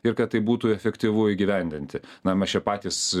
ir kad tai būtų efektyvu įgyvendinti na mes čia patys